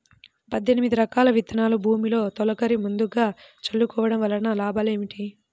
పద్దెనిమిది రకాల విత్తనాలు భూమిలో తొలకరి ముందుగా చల్లుకోవటం వలన లాభాలు ఏమిటి?